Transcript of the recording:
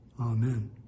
Amen